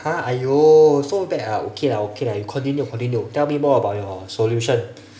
!huh! !aiyo! so bad ah okay lah okay lah you continue you continue tell me more about your solution